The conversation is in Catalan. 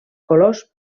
colors